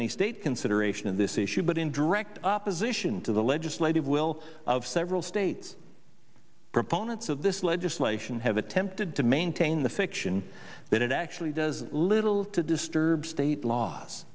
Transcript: any state consideration of this issue but in direct opposition to the legislative will of several states proponents of this legislation have attempted to maintain the fiction that it actually does little to disturb state l